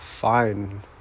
Fine